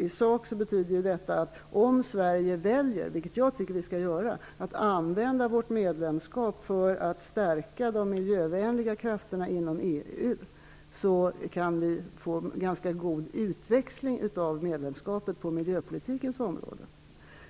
I sak betyder detta att om Sverige väljer -- vilket jag tycker att vi skall göra -- att använda vårt medlemskap för att stärka de miljövänliga krafterna inom EU, kan vi få en ganska god utväxling av medlemskapet på miljöpolitikens område.